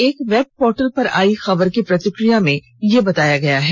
एक web portal पर आयी खबर की प्रतिक्रिया में यह बताया गया है